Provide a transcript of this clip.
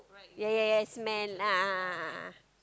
yea yea yea nice smell